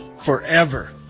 forever